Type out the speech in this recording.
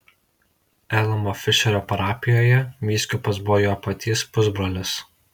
elamo fišerio parapijoje vyskupas buvo jo paties pusbrolis